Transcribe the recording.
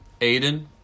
Aiden